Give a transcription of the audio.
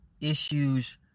issues